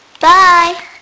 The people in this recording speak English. bye